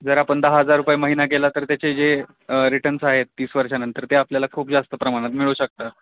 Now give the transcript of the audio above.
जर आपण दहा हजार रुपये महिना केला तर त्याचे जे रिटर्न्स आहेत तीस वर्षानंतर ते आपल्याला खूप जास्त प्रमाणात मिळू शकतात